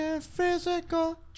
physical